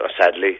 sadly